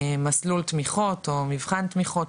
המסלול תמיכות או מבחן תמיכות,